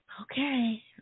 Okay